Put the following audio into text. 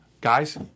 guys